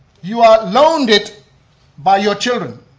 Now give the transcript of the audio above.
you are loaned it by your children.